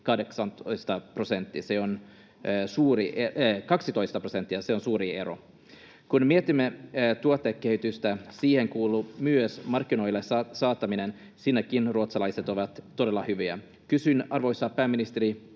12 prosenttia. Se on suuri ero. Kun mietimme tuotekehitystä, siihen kuuluu myös markkinoille saattaminen — siinäkin ruotsalaiset ovat todella hyviä. Kysyn, arvoisa pääministeri